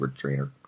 Trainer